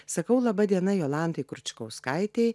sakau laba diena jolantai kručkauskaitei